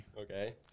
Okay